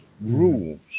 rules